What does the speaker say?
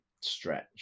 stretch